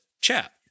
chat